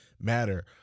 matter